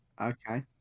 Okay